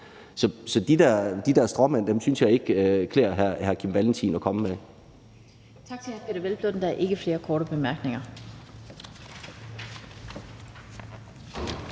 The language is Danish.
Så de der stråmand synes jeg ikke det klæder hr. Kim Valentin at komme med.